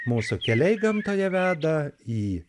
mūsų keliai gamtoje veda į